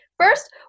First